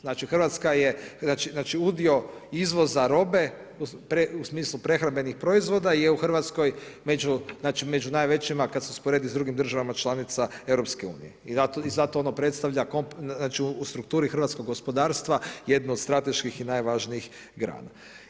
Znači Hrvatska je, znači udio izvoza robe u smislu prehrambenih proizvoda je u Hrvatskoj znači među najvećima kada se usporedi sa drugim državama članicama Europske unije i zato ono predstavlja u strukturi hrvatskog gospodarstva jednu od strateških i najvažnijih grana.